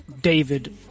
David